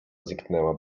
zniknęła